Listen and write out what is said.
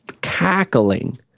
cackling